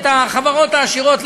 והחברות העשירות,